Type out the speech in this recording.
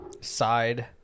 side